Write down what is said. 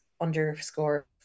underscore